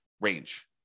range